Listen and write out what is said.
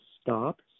stop